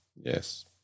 Yes